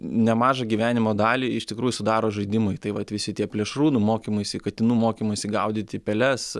nemažą gyvenimo dalį iš tikrųjų sudaro žaidimai tai vat visi tie plėšrūnų mokymaisi katinų mokymaisi gaudyti peles